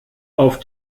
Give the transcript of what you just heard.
auf